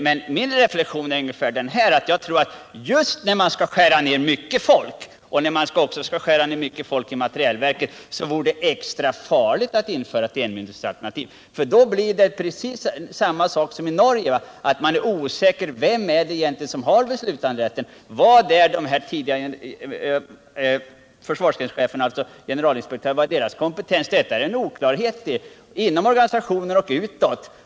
Men min reflexion är att just när man starkt skall skära ned personalstyrkan i staberna och i materielverket vore det extra farligt att införa ett enmyndighetsalternativ. Då händer samma sak som i Norge: Man är osäker om vem det egentligen är som har beslutanderätten. Vad är de tidigare försvarsgrenschefernas, alltså generalinspektörernas, kompetens? Detta är en oklarhet inom organisationen och utåt.